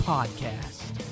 Podcast